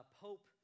Pope